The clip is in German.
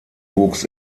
wuchs